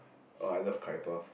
oh I love curry puff